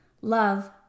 Love